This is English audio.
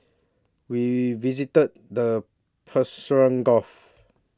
we visited the Persian Gulf